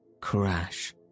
crash